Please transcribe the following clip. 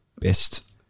best